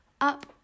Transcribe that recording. Up